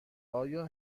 آیا